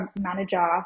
manager